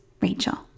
Rachel